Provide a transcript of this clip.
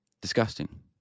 disgusting